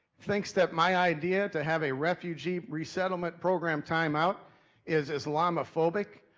thinks that my idea to have a refugee resettlement program timeout is islamophobic?